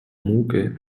муки